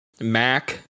Mac